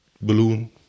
balloon